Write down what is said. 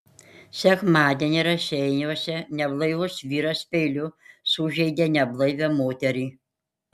sekmadienį raseiniuose neblaivus vyras peiliu sužeidė neblaivią moterį